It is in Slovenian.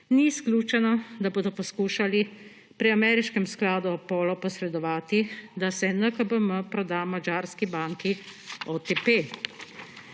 Ni izključeno, da bodo poskušali pri ameriškem skladu Apollo posredovati, da se NKBM proda madžarski banki OTP.